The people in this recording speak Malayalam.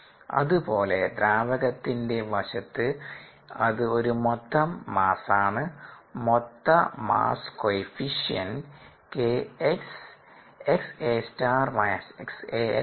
അതുപോലെ ദ്രാവകത്തിന്റെ വശത്ത് അത് ഒരു മൊത്തം മാസ്സാണ് മൊത്ത മാസ്സ് കോയെഫിഷൻറ് K x 𝑥𝐴∗− 𝑥𝐴𝐿 ആണ്